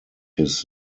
his